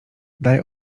daj